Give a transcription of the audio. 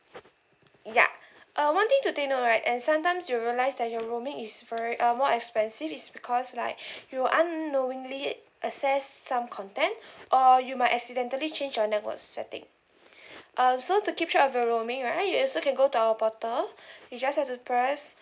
ya uh one thing to take note right and sometimes you'll realise that your roaming is very uh more expensive is because like you will unknowingly access some content or you might accidentally change your network setting um so to keep track of your roaming right you also can go to our portal you just have to press